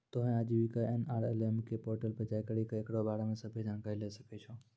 तोहें आजीविका एन.आर.एल.एम के पोर्टल पे जाय करि के एकरा बारे मे सभ्भे जानकारी लै सकै छो